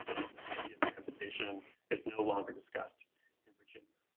suddenly the idea of emancipation is no longer discussed in virginia.